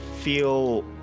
feel